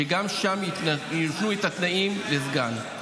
שגם שם התנו את התנאים לסגן.